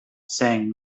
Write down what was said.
saying